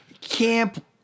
camp